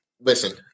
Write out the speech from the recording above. Listen